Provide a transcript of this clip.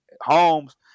homes